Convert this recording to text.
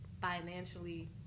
financially